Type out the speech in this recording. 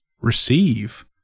Receive